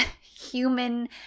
human